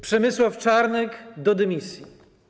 Przemysław Czarnek do dymisji!